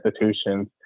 institutions